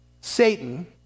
Satan